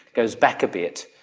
goes back a bit.